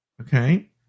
okay